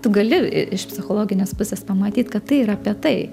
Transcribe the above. tu gali i iš psichologinės pusės pamatyt kad tai yra apie tai